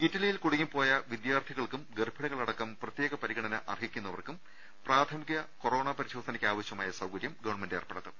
ഇറ്റലിയിൽ കുടുങ്ങിപ്പോയ വിദ്യാർത്ഥികൾക്കും ഗർഭി ണികളടക്കം പ്രത്യേക പരിഗണന അർഹിക്കുന്നവർക്കും പ്രാഥമിക കൊറോണ പരിശോധനയ്ക്കാവശ്യമായ സൌകര്യം ഗവൺമെന്റ് ഏർപ്പെടുത്തും